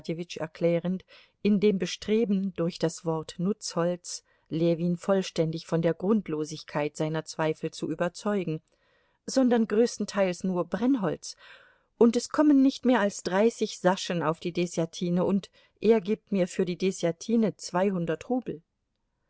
erklärend in dem bestreben durch das wort nutzholz ljewin vollständig von der grundlosigkeit seiner zweifel zu überzeugen sondern größtenteils nur brennholz und es kommen nicht mehr als dreißig saschen auf die deßjatine und er gibt mir für die deßjatine zweihundert rubel